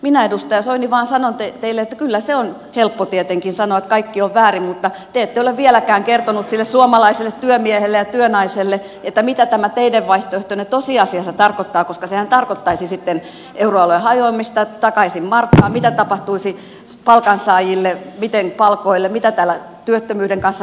minä edustaja soini vain sanon teille että kyllä se on helppo tietenkin sanoa että kaikki on väärin mutta te ette ole vieläkään kertonut sille suomalaiselle työmiehelle ja työnaiselle mitä tämä teidän vaihtoehtonne tosiasiassa tarkoittaa koska sehän tarkoittaisi sitten euroalueen hajoamista että takaisin markkaan mitä tapahtuisi palkansaajille miten palkoille kävisi mitä täällä työttömyyden kanssa kävisi